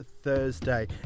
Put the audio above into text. Thursday